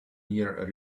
year